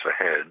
ahead